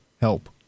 help